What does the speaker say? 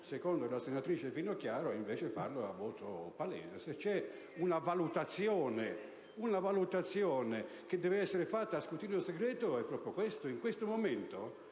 secondo la senatrice Finocchiaro, farlo con voto palese. Se c'è una valutazione che deve essere fatta a scrutinio segreto è proprio questa.